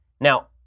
Now